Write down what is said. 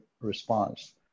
response